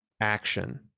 action